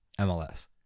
MLS